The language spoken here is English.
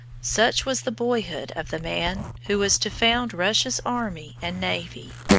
such was the boyhood of the man who was to found russia's army and navy.